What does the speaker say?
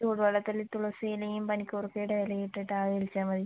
ചൂടുവെള്ളത്തിൽ തുളസി ഇലയും പനികൂർക്കയുടെ ഇലയുമിട്ടിട്ട് ആവി പിടിച്ചാൽ മതി